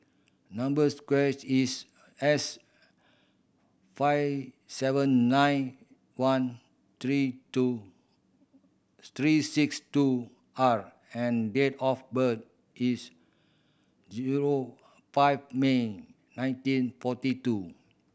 number sequence is S five seven nine one three two three six two R and date of birth is zero five May nineteen forty two